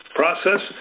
process